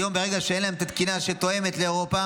היום, ברגע שאין להם את התקינה שתואמת לאירופה,